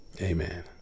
Amen